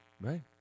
Right